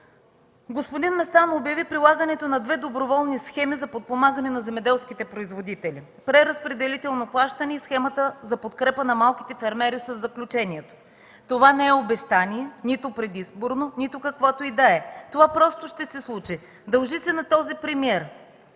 Господин Местан обяви прилагането на две доброволни схеми за подпомагане на земеделските производители – преразпределителното плащане и схемата за подкрепа на малките фермери със заключенията. Това не е обещание – нито предизборно, нито каквото и да е, това просто ще се случи. Дължи се на този премиер